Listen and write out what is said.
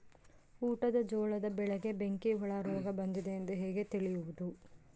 ಊಟದ ಜೋಳದ ಬೆಳೆಗೆ ಬೆಂಕಿ ಹುಳ ರೋಗ ಬಂದಿದೆ ಎಂದು ಹೇಗೆ ತಿಳಿಯುವುದು?